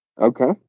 Okay